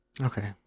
Okay